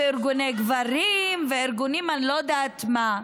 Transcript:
וארגוני גברים וארגוני אני לא יודעת מה,